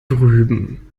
drüben